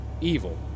evil